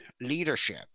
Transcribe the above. leadership